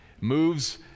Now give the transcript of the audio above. moves